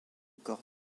corps